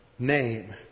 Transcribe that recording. Name